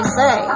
say